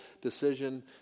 decision